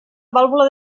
vàlvula